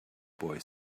boy